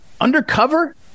undercover